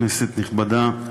כנסת נכבדה,